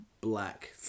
black